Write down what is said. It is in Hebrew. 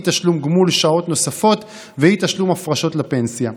אי-תשלום גמול שעות נוספות ואי-תשלום הפרשות לפנסיה.